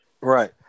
Right